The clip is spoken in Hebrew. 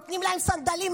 נותנים להם סנדלים,